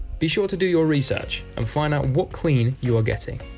be sure to do your research and find out what queen you are getting.